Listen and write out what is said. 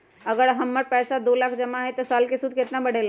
अगर हमर पैसा दो लाख जमा है त साल के सूद केतना बढेला?